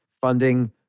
funding